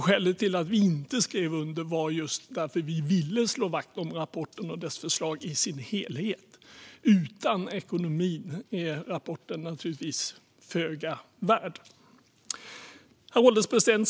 Skälet till att vi inte skrev under var just att vi ville slå vakt om rapporten och dess förslag i sin helhet. Utan ekonomin är rapporten föga värd. Herr ålderspresident!